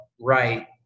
right